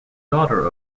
daughter